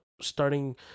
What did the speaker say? starting